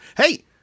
Hey